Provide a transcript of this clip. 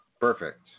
Perfect